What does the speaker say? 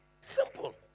Simple